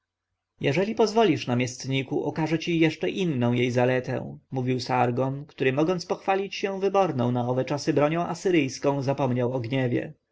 jeżeli pozwolisz namiestniku okażę ci jeszcze inną jej zaletę mówił sargon który mogąc pochwalić się wyborną na owe czasy bronią asyryjską zapomniał o gniewie